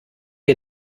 ihr